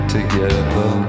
together